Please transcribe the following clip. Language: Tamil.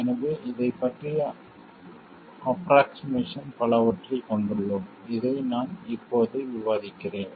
எனவே இதைப் பற்றிய ஆஃப்ரோக்ஷிமேசன் பலவற்றைக் கொண்டுள்ளோம் இதை நான் இப்போது விவாதிக்கப் போகிறேன்